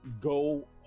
go